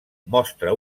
mostra